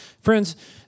Friends